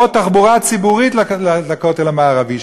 או תחבורה ציבורית לכותל המערבי,